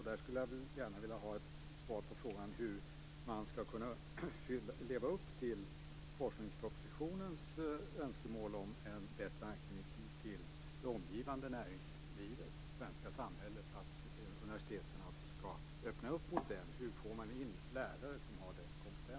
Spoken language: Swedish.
Där skulle jag gärna vilja ha ett svar på frågan hur man skall kunna leva upp till forskningspropositionens önskemål om en bättre anknytning till det omgivande näringslivet och det svenska samhället. Universiteten skall öppna sig mot det, men hur får man in lärare som har den kompetensen?